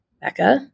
Becca